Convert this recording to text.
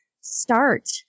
start